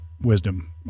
wisdom